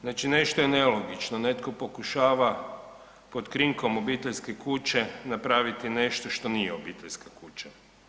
Znači nešto je nelogično, netko pokušava pod krinkom obiteljske kuće napraviti nešto što nije obiteljska kuća.